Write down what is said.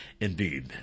Indeed